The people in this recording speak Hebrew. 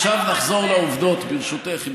אחרי ששמענו את ההרצאה, נחזור להווה, תתפטר.